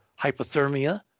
hypothermia